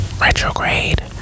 retrograde